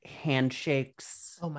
handshakes